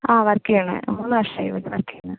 ആ വർക്ക് ചെയ്യുന്നത് മൂന്ന് വർഷമായി ഇവിടെ വർക്ക് ചെയ്യുന്നത്